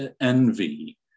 envy